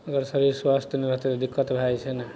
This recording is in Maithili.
अगर शरीर स्वस्थ नहि रहतय तऽ दिक्कत भए जेतय ने